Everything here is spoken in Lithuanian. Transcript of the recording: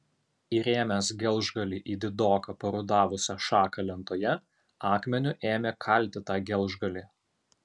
įrėmęs gelžgalį į didoką parudavusią šaką lentoje akmeniu ėmė kalti tą gelžgalį